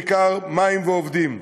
בעיקר מים ועובדים.